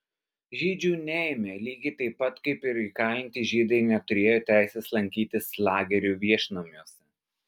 žydžių neėmė lygiai taip pat kaip ir įkalinti žydai neturėjo teisės lankytis lagerių viešnamiuose